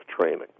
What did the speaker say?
training